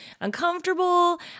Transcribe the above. uncomfortable